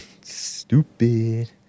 Stupid